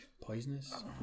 Poisonous